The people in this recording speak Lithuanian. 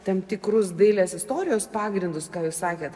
tam tikrus dailės istorijos pagrindus ką jūs sakėt